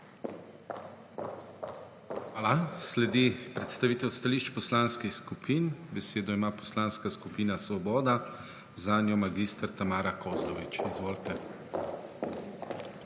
Hvala. Sledi predstavitev stališč Poslanskih skupin. Besedo ima Poslanska skupina Svoboda, zanjo mag. Tamara Kozlovič. Izvolite.